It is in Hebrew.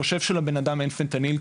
חושב שלבנאדם אין פנטניל,